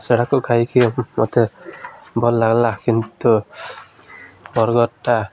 ସେଟାକୁ ଖାଇକି ମୋତେ ଭଲ ଲାଗିଲା କିନ୍ତୁ ବର୍ଗର୍ଟା